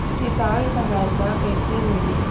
किसान सहायता कईसे मिली?